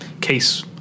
case